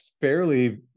fairly